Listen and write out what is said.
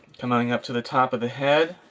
coming up to the top of the head.